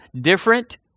different